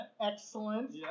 Excellent